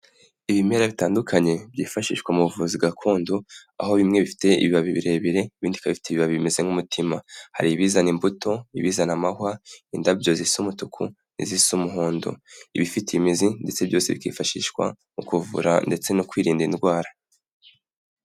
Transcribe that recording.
Ibimera bitandukanye byifashishwa mu buvuzi gakondo aho bimwe bifite ibibabi birebire ibindi bikaba bifite ibibabi bimeze nk'umutima. Hari ibizana imbuto, ibizana amahwa, indabyo zisa umutuku n'izisa umuhondo, ibifiye imizi ndetse byose bikifashishwa mu kuvura ndetse no kwirinda indwara.